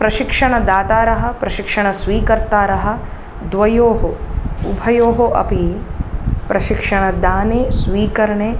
प्रशिक्षणदातारः प्रशिक्षणस्वीकर्तारः द्वयोः उभयोः अपि प्रशिक्षणदाने स्वीकरणे